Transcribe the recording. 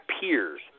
peers